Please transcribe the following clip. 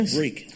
break